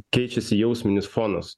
keičiasi jausminis fonas